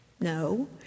No